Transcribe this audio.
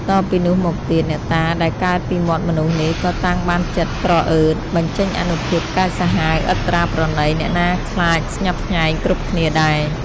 តពីនោះមកទៀត អ្នកតាដែលកើតពីមាត់មនុស្សនេះក៏តាំងបានចិត្តក្រអឺត បញ្ចេញអានុភាពកាចសាហាវឥតត្រាប្រណី អ្នកណាខ្លាចស្ញប់ស្ញែងគ្រប់គ្នាដែរ ។